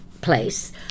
place